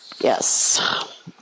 Yes